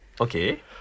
Okay